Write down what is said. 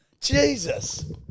Jesus